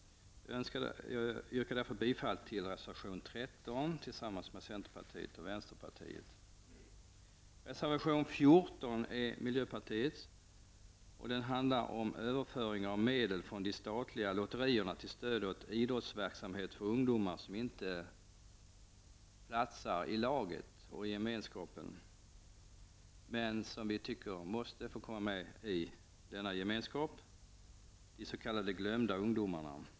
Jag yrkar därför bifall till reservation 13 Reservation 14 är miljöpartiets. Den handlar om överföring av medel från de statliga lotterierna till stöd åt idrottsverksamhet för ungdomar som inte platsar i laget och gemenskapen, som vi tycker måste få komma med i denna gemenskap, de s.k.